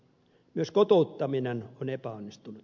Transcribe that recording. myös kotouttaminen on epäonnistunut